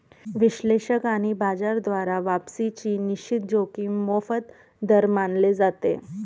विश्लेषक आणि बाजार द्वारा वापसीची निश्चित जोखीम मोफत दर मानले जाते